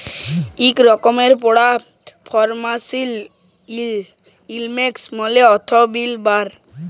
ইক রকমের পড়া ফিলালসিয়াল ইকলমিক্স মালে অথ্থলিতির ব্যাপার